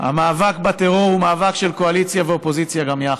המאבק בטרור הוא מאבק של קואליציה ואופוזיציה גם יחד.